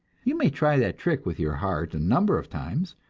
you may try that trick with your heart a number of times,